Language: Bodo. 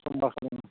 समबार खालि ओं